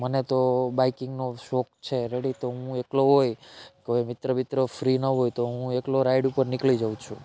મને તો બાઇકિંગનો શોખ છે રેડી તો હું એકલો હોય કોઈ મિત્ર બિત્ર ફ્રી ન હોય તો હું એકલો રાઈડ ઉપર નીકળી જાઉં છું